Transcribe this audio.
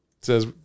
says